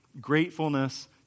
gratefulness